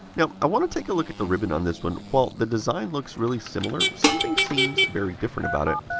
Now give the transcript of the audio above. now, i want to take a look at the ribbon on this one. while the design looks really similar, something seems very different about it.